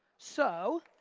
so,